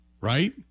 right